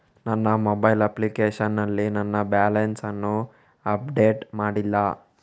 ನನ್ನ mobile application ನಲ್ಲಿ ನನ್ನ ಬ್ಯಾಲೆನ್ಸ್ ಅನ್ನು ಅಪ್ಡೇಟ್ ಮಾಡ್ಲಿಲ್ಲ